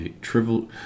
trivial